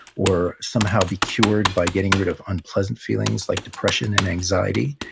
or somehow be cured by getting rid of unpleasant feelings, like depression and anxiety.